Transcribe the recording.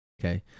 okay